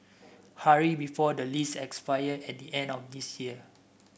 hurry before the lease expire at the end of this year